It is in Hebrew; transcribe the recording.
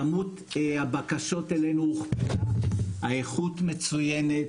כמות הבקשות אלינו הוכפלה, האיכות מצוינת.